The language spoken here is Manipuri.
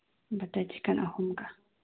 ꯕꯇꯔ ꯆꯤꯀꯟ ꯑꯍꯨꯝꯒ